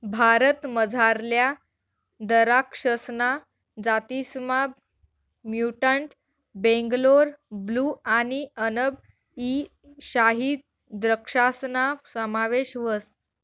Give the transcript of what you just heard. भारतमझारल्या दराक्षसना जातीसमा म्युटंट बेंगलोर ब्लू आणि अनब ई शाही द्रक्षासना समावेश व्हस